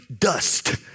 dust